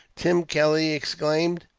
tim kelly exclaimed.